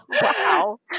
Wow